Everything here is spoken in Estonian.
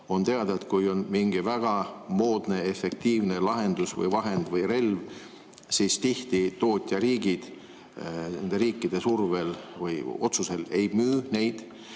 On teada, et kui on mingi väga moodne, efektiivne lahendus, vahend või relv, siis tihti tootjariigid nende riikide survel või otsusel ei müü neid,